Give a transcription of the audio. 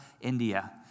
India